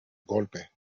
golpe